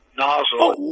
nozzle